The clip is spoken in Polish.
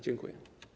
Dziękuję.